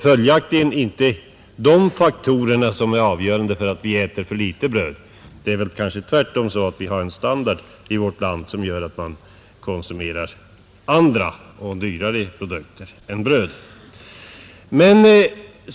Följaktligen är det inte dessa faktorer som avgör att vi äter för litet bröd. Det är kanske tvärtom så att vi har en standard i vårt land som gör att man konsumerar andra och dyrare produkter än bröd.